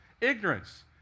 Ignorance